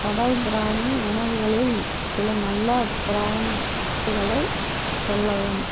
கடல் பிராணி உணவுகளில் சில நல்ல பிராண்ட்களை சொல்லவும்